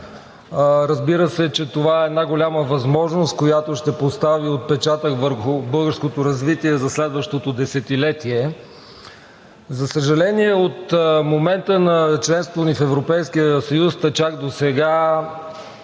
Разбира се, че това е една голяма възможност, която ще постави отпечатък върху българското развитие за следващото десетилетие. За съжаление, от момента на членството ни в Европейския съюз та чак досега,